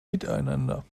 miteinander